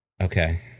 okay